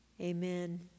Amen